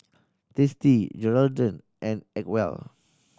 Tasty Geraldton and Acwell